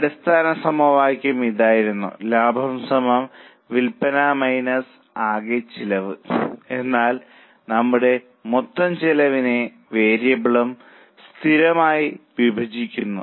അടിസ്ഥാന സമവാക്യം ഇതായിരുന്നു ലാഭംവിൽപന ആകെ ചെലവ് എന്നാൽ നമ്മൾ മൊത്തം ചെലവിനെ വേരിയബിളും സ്ഥിരവും ആയി വിഭജിക്കുന്നു